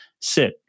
sit